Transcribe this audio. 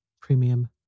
Premium